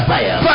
Fire